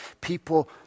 people